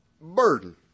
burden